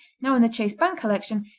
now in the chase bank collection,